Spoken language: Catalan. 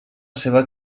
seva